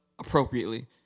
appropriately